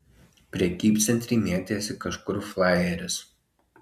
prekybcentry mėtėsi kažkur flajeris